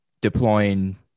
deploying